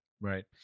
Right